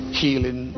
healing